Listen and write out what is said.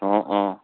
অঁ অঁ